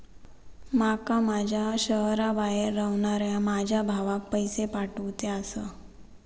माका माझ्या शहराबाहेर रव्हनाऱ्या माझ्या भावाक पैसे पाठवुचे आसा